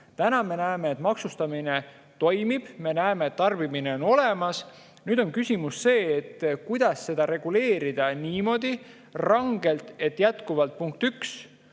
Täna me näeme, et maksustamine toimib, me näeme, et tarbimine on olemas. Nüüd on küsimus see, kuidas seda rangelt reguleerida nii, et jätkuvalt, punkt üks,